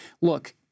look